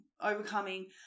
overcoming